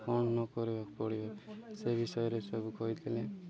କ'ଣ ନ କରିବାକୁ ପଡ଼ିବ ସେ ବିଷୟରେ ସବୁ କହିଥିଲେ